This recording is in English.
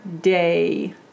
day